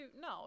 no